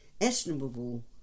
estimable